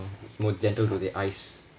it's more gentle to the eyes